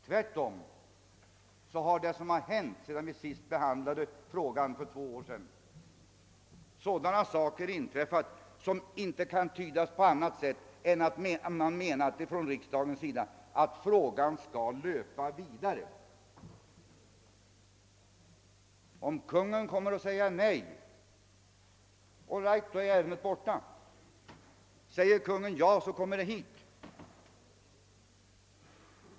Tvärtom har sådana saker inträffat, efter det att vi senast behandlade frågan för två år sedan, som inte kan tydas på annat sätt än att man från riksdagens sida menat att frågan skall löpa vidare. Om Kungl. Maj:t kommer att säga nej är ärendet borta. Säger Kungl. Maj:t ja, då kommer det hit.